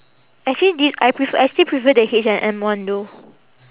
actually this I prefer I still prefer the H&M one though